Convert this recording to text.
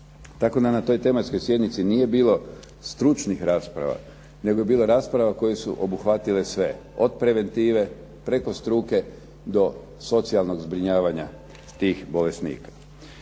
Tako da na toj tematskoj sjednici nije bilo stručnih rasprava, nego je bilo rasprava koje su obuhvatile sve od preventive, preko struke do socijalnog zbrinjavanja tih bolesnika.